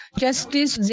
justice